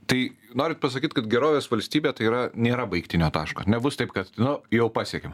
tai norit pasakyt kad gerovės valstybė tai yra nėra baigtinio taško nebus taip kad nu jau pasiekėm